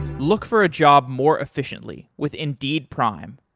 look for a job more efficiently with indeed prime.